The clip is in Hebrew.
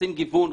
רוצים גיוון,